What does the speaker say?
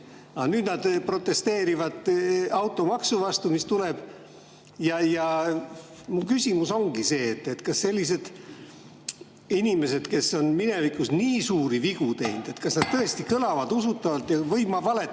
nüüd nad protesteerivad automaksu vastu, mis tuleb. Mu küsimus ongi see, kas sellised inimesed, kes on minevikus nii suuri vigu teinud, tõesti kõlavad usutavalt, või ma mäletan